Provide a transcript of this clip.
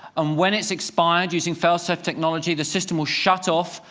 um when it's expired, using failsafe technology, the system will shut off,